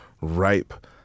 ripe